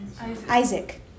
Isaac